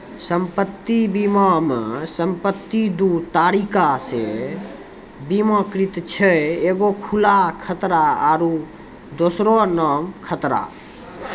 सम्पति बीमा मे सम्पति दु तरिका से बीमाकृत छै एगो खुला खतरा आरु दोसरो नाम खतरा